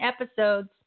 episodes